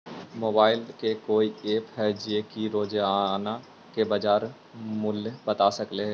Mobile के कोइ app है जो कि रोजाना के बाजार मुलय बता सकले हे?